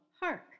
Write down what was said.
Hark